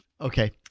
Okay